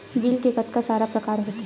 Bill के कतका सारा प्रकार होथे?